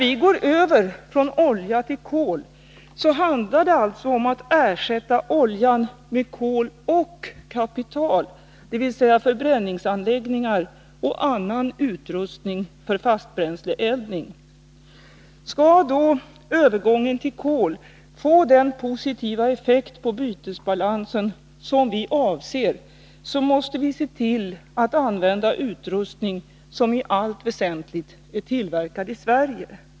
När vi övergår från olja till kol handlar det alltså om att ersätta oljan med kol och kapital, dvs. förbränningsanläggningar och annan utrustning för fastbränsleeldning. Om övergången till kol skall få den positiva effekt på bytesbalansen som vi avser, måste vi se till att använda utrustning som i allt väsentligt är tillverkad i Sverige.